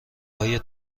های